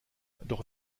doch